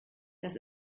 das